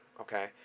okay